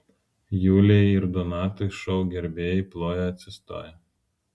julijai ir donatui šou gerbėjai plojo atsistoję